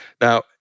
now